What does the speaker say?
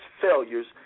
failures